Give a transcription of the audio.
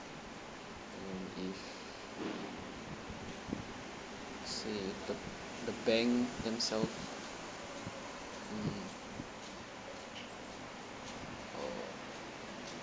mm if say if the the bank themself mm oh